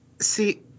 See